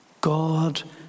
God